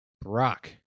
Brock